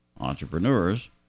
entrepreneurs